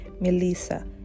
Melissa